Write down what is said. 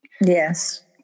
Yes